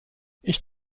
ich